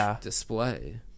display